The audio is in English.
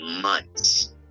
months